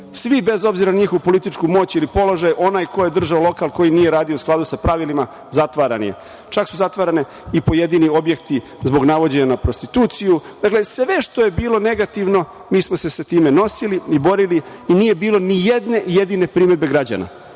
Svi, bez obzira na njihovu političku moć ili položaj, onaj ko je držao lokal koji nije radio u skladu sa pravilima zatvaran je, čak su zatvarani i pojedini objekti zbog navođenja na prostituciju. Dakle, sve što je bilo negativno mi smo se sa time nosili i nije bilo nijedne jedine primedbe građana.